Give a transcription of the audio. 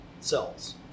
cells